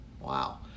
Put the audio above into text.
Wow